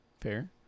Fair